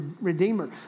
redeemer